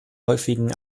häufigen